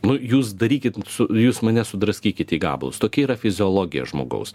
nu jūs darykit su jūs mane sudraskykit į gabalus tokia yra fiziologija žmogaus